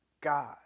God